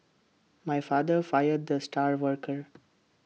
my father fired the star worker